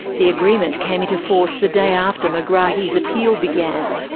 the agreement came into force the day after megrahi's appeal began.